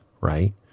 right